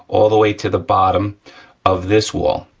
all the way to the bottom of this wall,